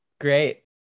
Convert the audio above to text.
Great